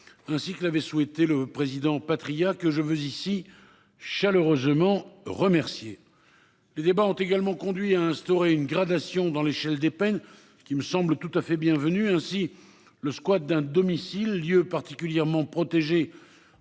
ainsi que l'avait souhaité le président Patriat que je veux ici chaleureusement remercié. Les débats ont également conduit à instaurer une gradation dans l'échelle des peines qui me semble tout à fait bienvenue. Ainsi le squad d'un domicile lieu particulièrement protégés